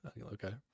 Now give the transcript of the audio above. Okay